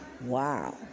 wow